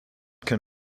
can